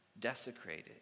desecrated